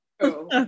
true